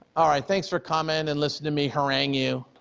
all right, thanks for coming and listen to me harangue you.